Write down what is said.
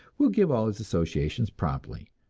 will give all his associations promptly,